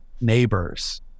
neighbors